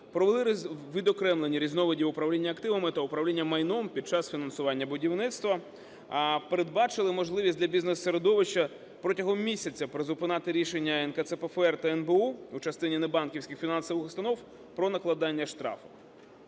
Провели відокремлення різновидів управління активами та управління майном під час фінансування будівництва. Передбачили можливість для бізнес-середовища протягом місяця призупиняти рішення НКЦПФР та НБУ в частині не банківських фінансових установ про накладання штрафу.